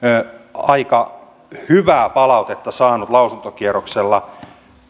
aika hyvää palautetta saanut lausuntokierroksella